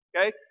okay